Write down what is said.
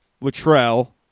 Luttrell